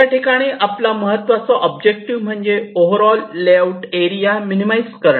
या ठिकाणी आपला महत्त्वाचा ऑब्जेक्टिव्ह म्हणजे overall layout area minimize करणे